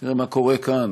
תראה מה קורה כאן.